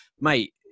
mate